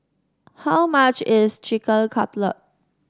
how much is Chicken Cutlet